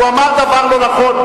הוא אמר דבר לא נכון?